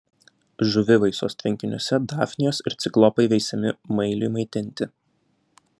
žuvivaisos tvenkiniuose dafnijos ir ciklopai veisiami mailiui maitinti